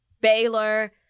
Baylor